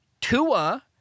Tua